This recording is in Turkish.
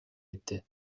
etti